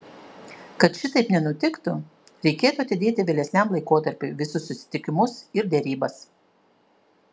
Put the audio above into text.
kad šitaip nenutiktų reikėtų atidėti vėlesniam laikotarpiui visus susitikimus ir derybas